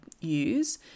use